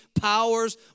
powers